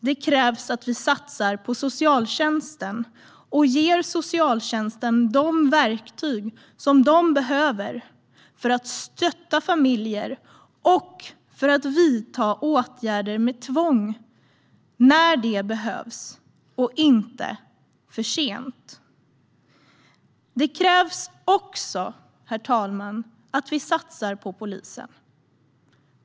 Det krävs att vi satsar på socialtjänsten och ger socialtjänsten de verktyg som den behöver för att stötta familjer och för att vidta åtgärder med tvång när det behövs och inte för sent. Herr talman! Det krävs också att vi satsar på polisen.